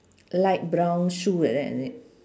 light brown shoe like that is it